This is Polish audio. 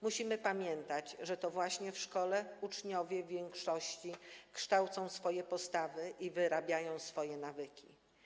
Musimy pamiętać, że to właśnie w szkole uczniowie w większości wykształcają swoje postawy i wyrabiają swoje nawyki.